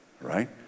right